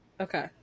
Okay